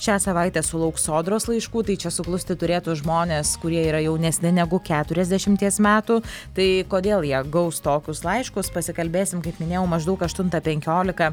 šią savaitę sulauks sodros laiškų tai čia suklusti turėtų žmonės kurie yra jaunesni negu keturiasdešimties metų tai kodėl jie gaus tokius laiškus pasikalbėsim kaip minėjau maždaug aštuntą penkiolika